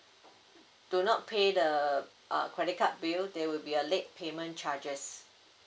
do not pay the uh credit card bill there will be a late payment charges